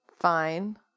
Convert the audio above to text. fine